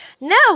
No